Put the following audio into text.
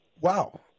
Wow